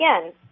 again